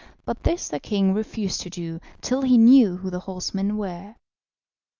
but this the king refused to do till he knew who the horsemen were.